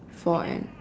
for an